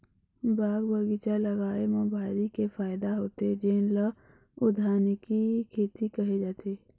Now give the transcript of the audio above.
बाग बगीचा लगाए म भारी के फायदा होथे जेन ल उद्यानिकी खेती केहे जाथे